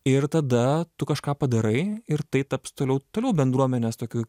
ir tada tu kažką padarai ir tai taps toliau toliau bendruomenės tokiu